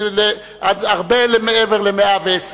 הרבה עד ל-120,